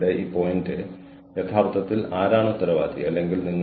എന്റെ കൂട്ടാളി ബാക്കി ജോലി ചെയ്തു